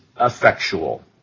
effectual